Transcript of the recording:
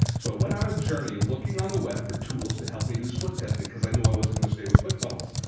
so i went on a journey looking on the web for tools to help me do split testing because i knew i wasn't going to stay with clickfunnels.